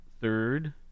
third